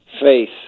Faith